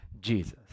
Jesus